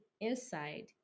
inside